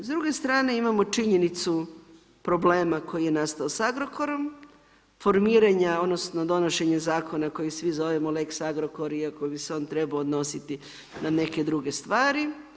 S druge strane imamo činjenicu problem koji je nastao sa Agrokorom, formiranja odnosno donošenje zakona koji svi zovemo lex Agrokor iako bi se on trebao odnositi na neke druge stvari.